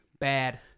Bad